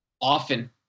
often